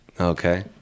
Okay